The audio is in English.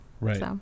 right